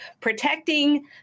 protecting